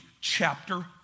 chapter